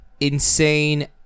insane